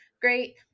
great